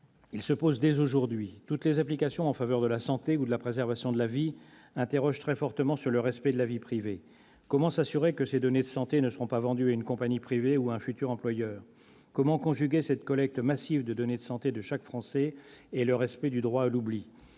Il se pose dès aujourd'hui. Toutes les applications en faveur de la santé ou de la préservation de la vie interrogent très fortement sur le respect de la vie privée. Comment s'assurer que ces données de santé ne seront pas vendues à une compagnie privée ou à un futur employeur ? Comment conjuguer cette collecte massive de données de santé de chaque Français et le respect du « droit à l'oubli »